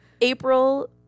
April